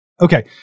Okay